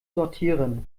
sortieren